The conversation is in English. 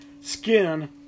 skin